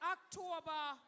October